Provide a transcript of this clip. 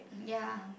ya